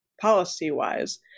policy-wise